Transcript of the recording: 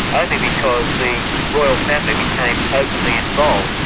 only because the royal family became openly involved.